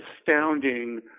astounding